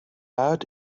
out